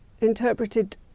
interpreted